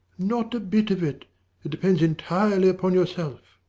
not a bit of it. it depends entirely upon yourself.